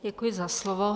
Děkuji za slovo.